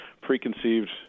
preconceived